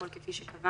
הכול כפי שקבע